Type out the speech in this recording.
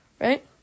right